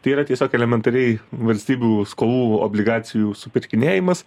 tai yra tiesiog elementariai valstybių skolų obligacijų supirkinėjimas